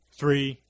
three